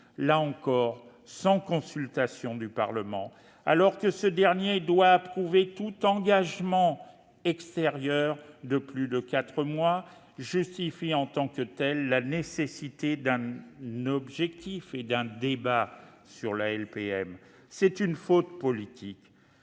davantage de consultation du Parlement, alors que ce dernier doit approuver tout engagement extérieur de plus de quatre mois, justifie à lui seul la nécessité d'un débat sur la LPM. C'est une faute politique